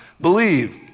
believe